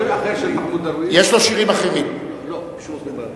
שיר אחר של מחמוד דרוויש, יש לו שירים אחרים.